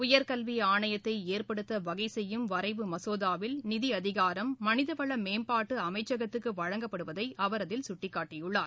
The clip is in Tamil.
உயர்கல்வி ஆணையத்தை ஏற்படுத்த வகை செய்யும் வரைவு மசோதாவில் நிதி அதிகாரம் மனித வள மேம்பாட்டு அமைச்சகத்துக்கு வழங்கப்படுவதை அவர் அதில் சுட்டிக்காட்டியுள்ளார்